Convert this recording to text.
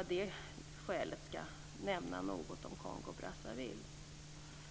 av det skälet nämna något om Kongo-Brazzaville.